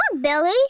Billy